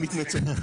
אני מתנצל.